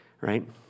Right